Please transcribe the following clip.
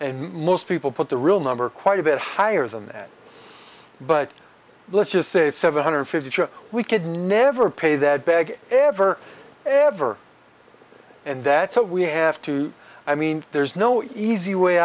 and most people put the real number quite a bit higher than that but let's just say seven hundred fifty we could never pay that back ever ever and that's what we have to i mean there's no easy way